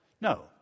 No